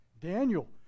Daniel